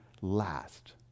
last